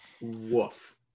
Woof